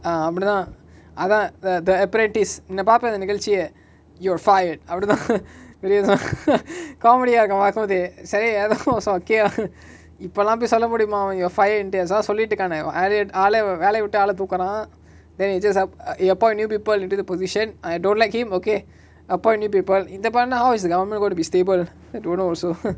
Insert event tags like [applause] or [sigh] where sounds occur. ah அப்டிதா அதா:apditha atha the the apprentice நா பாப்ப அந்த நிகழ்ச்சிய:na paapa antha nikalchiya you're fired அப்டிதா:apditha [laughs] vediyathama [laughs] comedy ah இருக்கு பாக்கும்போதே சரி அதா:iruku paakumpothe sari atha [noise] so okay lah [noise] இப்பலா போய் சொல்ல முடியுமா அவைங்கோ:ippala poai solla mudiyuma avaingo fire ண்டு அதா சொல்லிட்டு இருக்கானே:ndu atha sollitu irukane aaliyat ஆளயே வேலய விட்டு ஆள தூக்குரா:aalye velaya vittu aala thookura then it just ap~ err appoint new people into the position I don't like him okay appoint new people in but !wow! is the government going to be stable don't know also